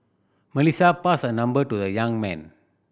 Melissa passed her number to the young man